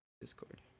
Discord